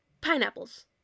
PINEAPPLES